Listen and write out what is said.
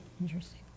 Interesting